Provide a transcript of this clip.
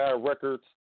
Records